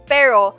Pero